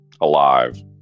alive